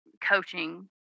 coaching